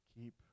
keep